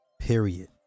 Period